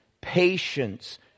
patience